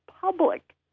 public